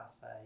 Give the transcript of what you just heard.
say